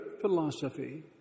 philosophy